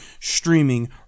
streaming